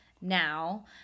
now